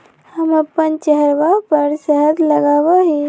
हम अपन चेहरवा पर शहद लगावा ही